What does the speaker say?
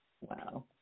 Wow